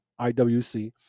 IWC